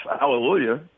hallelujah